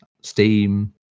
Steam